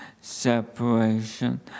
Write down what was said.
separation